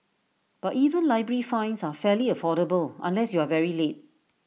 but even library fines are fairly affordable unless you are very late